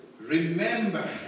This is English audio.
Remember